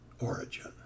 origin